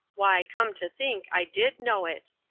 why, come to think, i did know it.